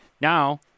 Now